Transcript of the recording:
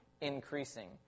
increasing